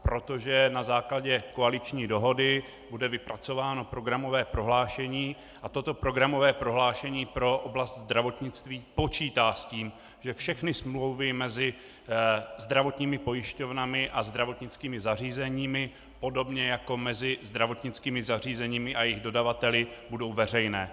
Protože na základě koaliční dohody bude vypracováno programové prohlášení a toto programové prohlášení pro oblast zdravotnictví počítá s tím, že všechny smlouvy mezi zdravotními pojišťovnami a zdravotnickými zařízeními, podobně jako mezi zdravotnickými zařízeními a jejich dodavateli, budou veřejné.